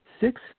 Six